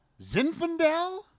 Zinfandel